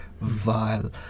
vile